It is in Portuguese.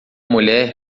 mulher